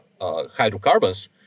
hydrocarbons